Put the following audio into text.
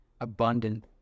abundant